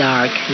Dark